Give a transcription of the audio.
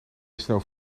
snoof